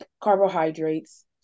carbohydrates